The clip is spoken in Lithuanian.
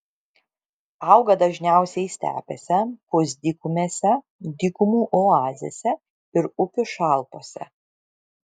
auga dažniausiai stepėse pusdykumėse dykumų oazėse ir upių šalpose